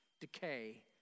decay